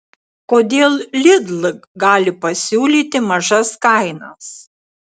kodėl lidl gali pasiūlyti mažas kainas